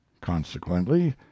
consequently